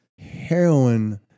heroin